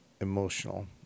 emotional